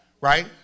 right